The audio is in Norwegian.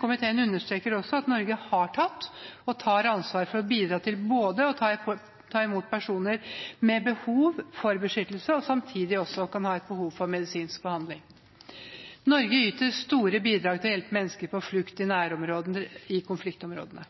Komiteen understreker også at Norge har tatt, og tar, ansvar for å bidra til å ta imot personer som både har behov for beskyttelse og samtidig også kan ha et behov for medisinsk behandling. Norge yter store bidrag til å hjelpe mennesker på flukt i nærområdene til konfliktområdene. Situasjonen i